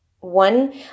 one